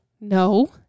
No